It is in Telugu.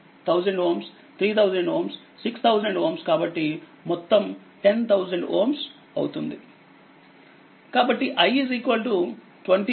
1000 3000 6000 కాబట్టి మొత్తం 10000 అవుతుంది